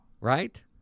right